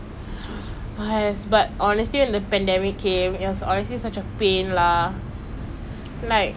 do you know I've always like what whenever I go on rides right I've always like wanted to experience like controlling it for once